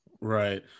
Right